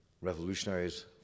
revolutionaries